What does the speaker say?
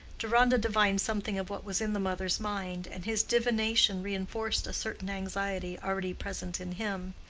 deronda divined something of what was in the mother's mind, and his divination reinforced a certain anxiety already present in him.